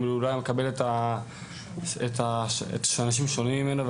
הוא לא היה מקבל את האנשים ששונים ממנו,